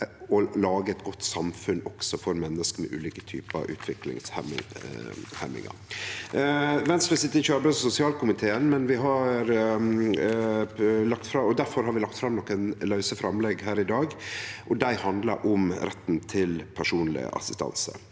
å lage eit godt samfunn òg for menneske med ulike typar utviklingshemjingar. Venstre sit ikkje i arbeids- og sosialkomiteen, og difor har vi lagt fram nokre lause framlegg her i dag. Dei handlar om retten til personleg assistanse.